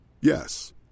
Yes